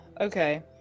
Okay